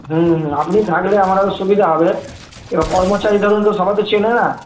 হুম আপনি থাকলে আমার আরো সুবিধা হবে কর্মচারীরা ধরুন তো সবাই তো চেনে না